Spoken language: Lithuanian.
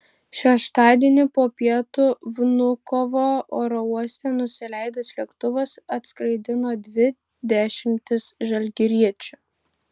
šeštadienį po pietų vnukovo oro uoste nusileidęs lėktuvas atskraidino dvi dešimtis žalgiriečių